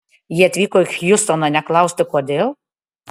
jie atvyko į hjustoną ne klausti kodėl